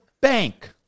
bank